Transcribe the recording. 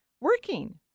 working